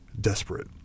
desperate